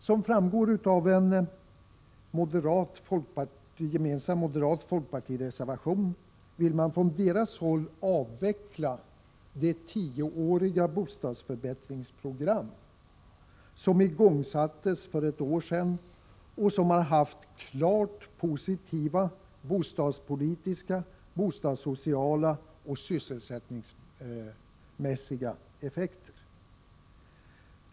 Som framgår av en gemensam reservation från moderaterna och folkpartisterna vill man från deras håll avveckla det tioårsprogram för bostadsförbättring som igångsattes för ett år sedan och som har haft klart positiva bostadspolitiska, bostadssociala och sysselsättningsmässiga effekter.